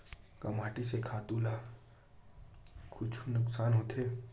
का माटी से खातु ला कुछु नुकसान होथे?